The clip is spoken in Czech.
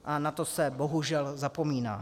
A na to se bohužel zapomíná.